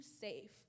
safe